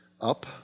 up